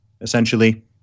Essentially